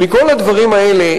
שמכל הדברים האלה,